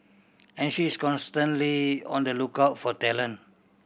and she is constantly on the lookout for talent